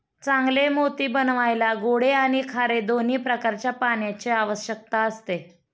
चांगले मोती बनवायला गोडे आणि खारे दोन्ही प्रकारच्या पाण्याची आवश्यकता असते